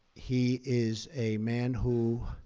he is a man who